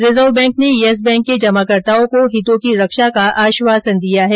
reserve Bank ने Yes Bank के जमाकर्ताओं को हितों की रक्षा का आश्वासन दिया है